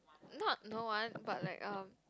not no one but like um